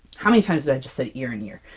how many times did i just say ear and year?